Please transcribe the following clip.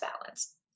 balance